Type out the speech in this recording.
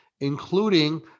including